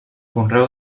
conreu